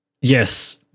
yes